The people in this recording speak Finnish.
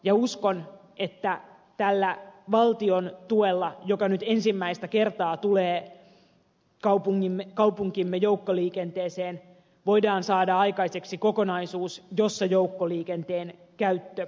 uskon että tällä valtion tuella joka nyt ensimmäistä kertaa tulee kaupunkimme joukkoliikenteeseen voidaan saada aikaiseksi kokonaisuus jossa joukkoliikenteen käyttö lisääntyy